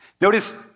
Notice